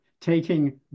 taking